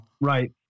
Right